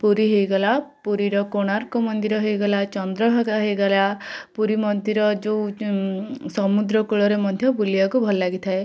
ପୁରୀ ହେଇଗଲା ପୁରୀର କୋଣାର୍କ ମନ୍ଦିର ହେଇଗଲା ଚନ୍ଦ୍ରଭାଗା ହେଇଗଲା ପୁରୀ ମନ୍ଦିର ଯୋଉ ସମୁଦ୍ରକୂଳରେ ମଧ୍ୟ ବୁଲିବାକୁ ଭଲ ଲାଗିଥାଏ